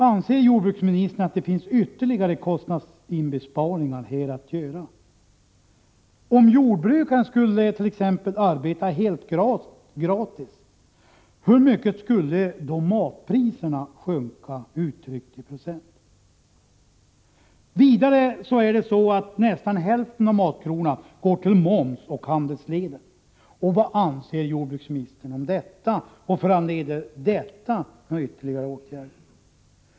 Ansér jordbruksministern att det finns ytterligare kostnadsinbesparingar att göra på det området? Om jordbrukaren t.ex. skulle arbeta helt gratis, med hur mycket skulle då matpriserna sjunka, uttryckt i procent? Nästan hälften av matkronan går till moms och till handelsleden. Vad anser jordbruksministern om detta? Föranleder detta några ytterligare åtgärder?